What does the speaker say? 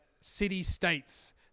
city-states